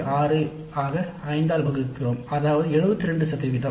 6 ஆக 5 ஆல் வகுக்கப்படுகிறது அதாவது 72 சதவீதம்